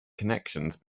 connections